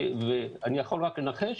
ואני יכול רק לנחש,